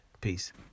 Peace